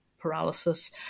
paralysis